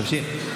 תמשיך.